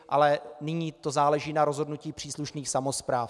Ale nyní to záleží na rozhodnutí příslušných samospráv.